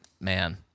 Man